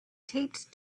taped